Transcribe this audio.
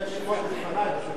שמות לפני.